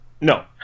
No